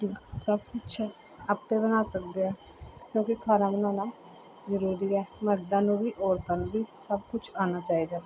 ਸਭ ਕੁਛ ਆਪ ਬਣਾ ਸਕਦੇ ਹੈ ਕਿਉਂਕਿ ਖਾਣਾ ਬਣਾਉਣਾ ਜ਼ਰੂਰੀ ਹੈ ਮਰਦਾਂ ਨੂੰ ਵੀ ਔਰਤਾਂ ਨੂੰ ਵੀ ਸਭ ਕੁਛ ਆਉਣਾ ਚਾਹੀਦਾ ਹੈ